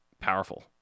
powerful